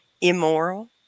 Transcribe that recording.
immoral